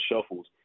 shuffles